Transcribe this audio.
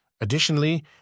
Additionally